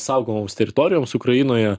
saugomoms teritorijoms ukrainoje